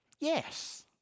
Yes